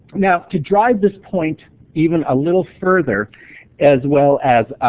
now, to drive this point even a little further as well as